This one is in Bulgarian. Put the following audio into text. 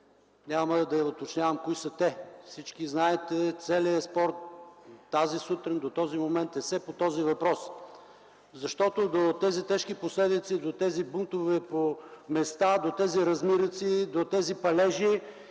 Няма да уточнявам кои са те. Всички знаете, целия спор от тази сутрин до този момент е все по този въпрос. Защото до тези тежки последици, до тези бунтове по места, до тези размирици, до тези палежи